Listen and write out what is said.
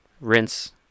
rinse